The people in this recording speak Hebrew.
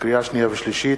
לקריאה שנייה ולקריאה שלישית: